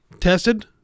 Tested